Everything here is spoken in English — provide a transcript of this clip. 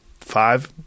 five